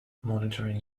monitoring